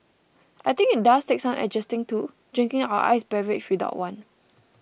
I think it does take some adjusting to drinking your iced beverage without one